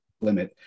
limit